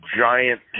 giant